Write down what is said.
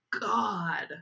God